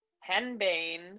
Henbane